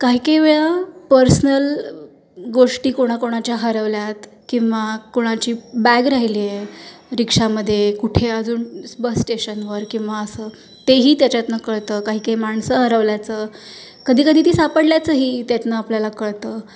काही काही वेळा पर्सनल गोष्टी कोणाकोणाच्या हरवल्या आहेत किंवा कोणाची बॅग राहिली आहे रिक्षामध्ये कुठे अजून बस स्टेशनवर किंवा असं ते ही त्याच्यातून कळतं काही काही माणसं हरवल्याचं कधी कधी ती सापडल्याचंही त्यातून आपल्याला कळतं